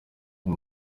rwa